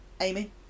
Amy